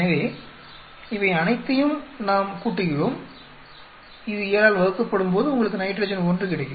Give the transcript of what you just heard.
எனவே இவை அனைத்தையும் நாம் கூட்டுகிறோம் இது 7 ஆல் வகுக்கப்படும்போது உங்களுக்கு நைட்ரஜன் 1 கிடைக்கும்